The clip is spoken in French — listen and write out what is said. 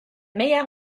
meilleur